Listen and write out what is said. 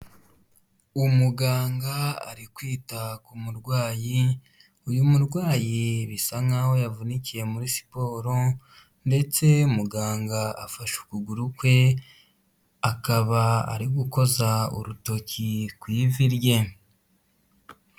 Umuganga ari kwita ku murwayi uyu murwayi bisa nkaho yavunikiye muri siporo ndetse muganga afashe ukuguru kwe akaba ari gukoza urutoki ku ivi rye.